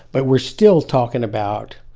but we're still talking about